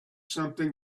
something